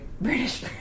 British